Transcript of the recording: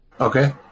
Okay